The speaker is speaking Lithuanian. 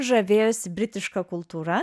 žavėjosi britiška kultūra